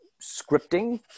scripting